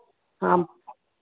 हाँ